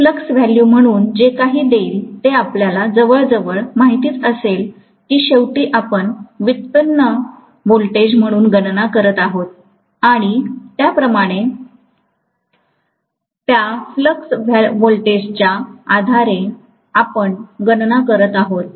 हे flux value म्हणून जे काही देईल ते आपल्याला जवळजवळ माहित असेलच की शेवटी आपण व्युत्पन्न व्होल्टेज म्हणून गणना करत आहोत आणि त्याप्रमाणे त्या फ्लक्स व्हॅल्यूजच्या आधारे आपण गणना करत आहोत